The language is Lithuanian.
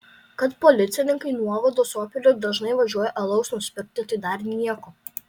kad policininkai nuovados opeliu dažnai važiuoja alaus nusipirkti tai dar nieko